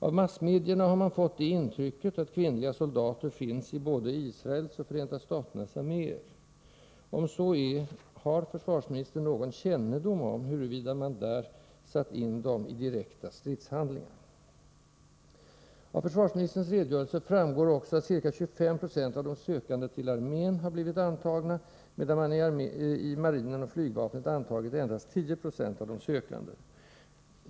Av massmedierna har man fått det intrycket att kvinnliga soldater finns i både Israels och Förenta staternas arméer. Om så är fallet — har försvarsministern någon kännedom om, huruvida man där satt in dem i direkta stridshandlingar? Av försvarsministerns redogörelse framgår också att ca 2596 av de sökande till armén har blivit antagna, medan man i marinen och flygvapnet antagit endast 10926 av de sökande.